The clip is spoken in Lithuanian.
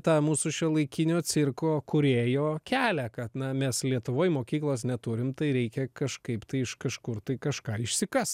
tą mūsų šiuolaikinio cirko kūrėjo kelią kad na mes lietuvoj mokyklos neturim tai reikia kažkaip tai iš kažkur tai kažką išsikast